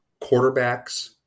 quarterbacks